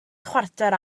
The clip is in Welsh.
chwarter